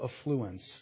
affluence